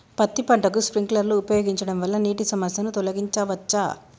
పత్తి పంటకు స్ప్రింక్లర్లు ఉపయోగించడం వల్ల నీటి సమస్యను తొలగించవచ్చా?